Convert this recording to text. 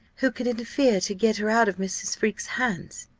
who could interfere to get her out of mrs. freke's hands?